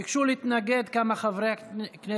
ביקשו להתנגד לשתי הצעות החוק כמה חברי כנסת.